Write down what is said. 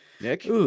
Nick